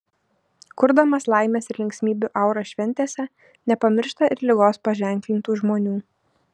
kurdamas laimės ir linksmybių auras šventėse nepamiršta ir ligos paženklintų žmonių